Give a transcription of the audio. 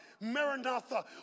Maranatha